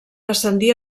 ascendí